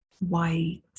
white